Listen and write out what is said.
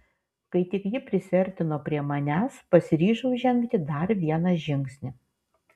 kai tik ji prisiartino prie manęs pasiryžau žengti dar vieną žingsnį